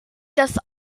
doth